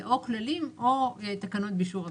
זה או כללים או תקנות באישור הוועדה.